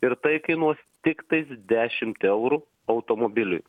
ir tai kainuos tiktais dešimt eurų automobiliui